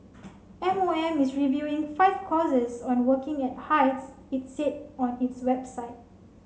M O M is reviewing five courses on working at heights it said on its website